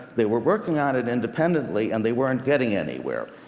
they were working on it independently, and they weren't getting anywhere.